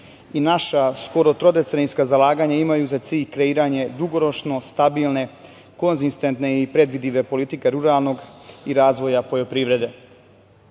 i naša skoro trodecenijska zalaganja imaju za cilj kreiranje dugoročno stabilne konzistentne i predvidive politike ruralnog i razvoja poljoprivrede.